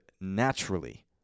naturally